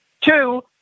Two